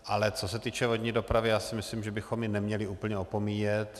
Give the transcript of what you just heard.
Ale co se týče vodní dopravy, já si myslím, že bychom ji neměli úplně opomíjet.